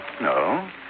No